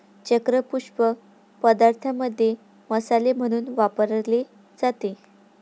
चक्र पुष्प पदार्थांमध्ये मसाले म्हणून वापरले जाते